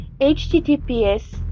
https